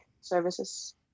services